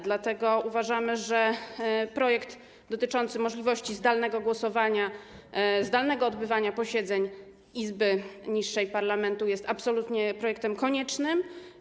Dlatego uważamy, że projekt dotyczący możliwości zdalnego głosowania, zdalnego odbywania posiedzeń izby niższej parlamentu jest projektem absolutnie koniecznym.